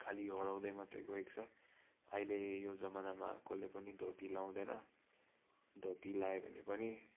खालि हराउँदै मात्रै गएको छ अहिले यो जमानामा कसले पनि धोती लाउँदैन धोती लायो भने पनि